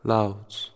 Louds